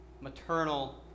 maternal